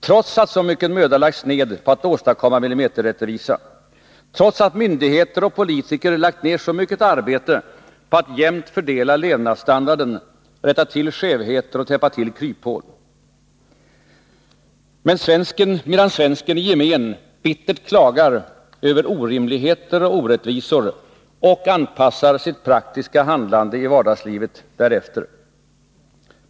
Trots att så mycken möda har lagts ned på att åstadkomma millimeterrättvisa, trots att myndigheter och politiker lagt ned så mycket arbete på att jämnt fördela levnadsstandarden, att rätta till skevheter och täppa till kryphål klagar svensken i gemen bittert över orimligheter och orättvisor och anpassar sitt praktiska handlande i vardagslivet därefter.